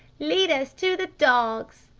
lead us to the dogs!